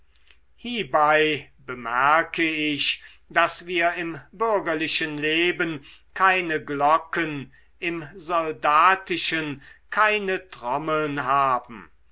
hiebei bemerke ich daß wir im bürgerlichen leben keine glocken im soldatischen keine trommeln haben